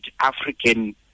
African